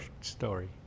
story